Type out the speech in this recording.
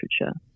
literature